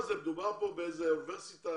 מדובר כאן באיזו אוניברסיטה